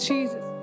Jesus